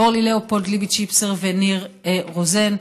אורלי ליאופולד, ליבי צ'יפסר וניר רוזן.